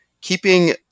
keeping